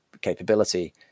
capability